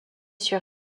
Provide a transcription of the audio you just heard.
sur